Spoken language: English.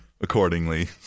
accordingly